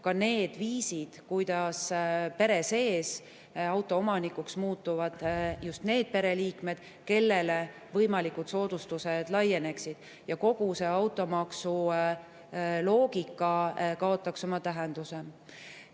leitakse viisid, et pere sees autoomanikuks muutuvad just need pereliikmed, kellele võimalikud soodustused laieneksid, ja kogu see automaksu loogika kaotaks oma tähenduse.